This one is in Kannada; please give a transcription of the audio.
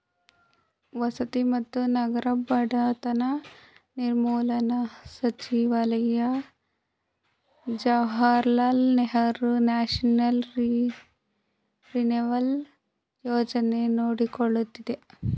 ವಸತಿ ಮತ್ತು ನಗರ ಬಡತನ ನಿರ್ಮೂಲನಾ ಸಚಿವಾಲಯ ಜವಾಹರ್ಲಾಲ್ ನೆಹರು ನ್ಯಾಷನಲ್ ರಿನಿವಲ್ ಯೋಜನೆ ನೋಡಕೊಳ್ಳುತ್ತಿದೆ